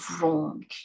wrong